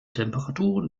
temperaturen